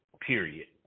period